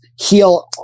heal